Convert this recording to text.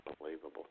Unbelievable